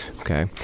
Okay